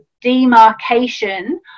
demarcation